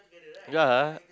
yea